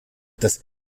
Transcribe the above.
das